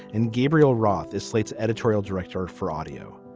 and gabriel roth is slate's editorial director for audio.